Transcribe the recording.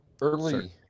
early